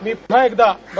मी पुन्हा एकदा डॉ